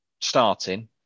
starting